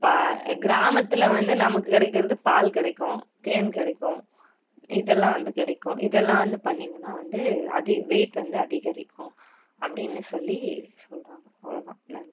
கிராமத்தில் வந்து நமக்கு கிடைக்கிறது பால் கிடைக்கும் தேன் கிடைக்கும் இதெல்லாம் வந்து கிடைக்கும் இதெல்லாம் வந்து பண்ணீங்கன்னா வந்து அதி வெயிட் வந்து அதிகரிக்கும் அப்படின்னு சொல்லி சொல்கிறாங்க அவ்வளோ தான் நன்றி